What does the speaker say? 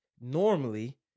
normally